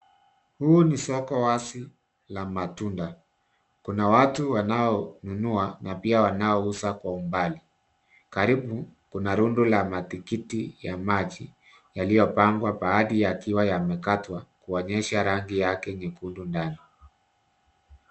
Huu ni soko wazi la matunda. Kuna watu wanaonunua na pia wanaouza kwa umbali. Karibu kuna rundo la matikiti ya maji yaliyopangwa baadhi yakiwa yamekatwa kuonyesha rangi yake nyekundu ndani.